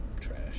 trash